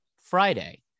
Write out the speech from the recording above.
Friday